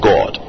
God